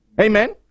Amen